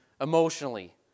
emotionally